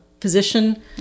physician